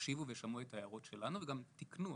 הקשיבו ושמעו את ההערות שלנו וגם תיקנו.